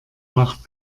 nacht